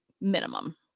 minimum